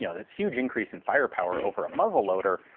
you know this huge increase in firepower over a muzzleloader,